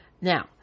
Now